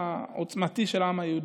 הסמל העוצמתי של העם היהודי.